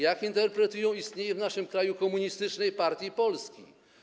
Jak interpretują istnienie w naszym kraju Komunistycznej Partii Polski?